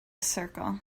circle